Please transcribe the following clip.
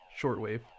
shortwave